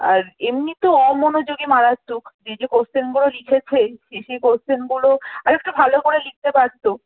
আর এমনি তো অমনোযোগী মারাত্মক যে যে কোশ্চেনগুলো লিখেছে সে সে কোশ্চেনগুলো আরেকটু ভালো করে লিখতে পারত